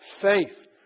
faith